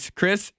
Chris